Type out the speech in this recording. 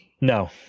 No